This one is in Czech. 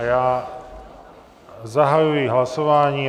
Já zahajuji hlasování.